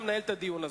מנהל את הדיון הזה.